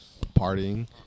partying